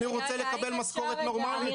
אני רוצה לקבל משכורת נורמלית,